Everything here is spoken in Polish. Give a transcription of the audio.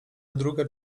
druga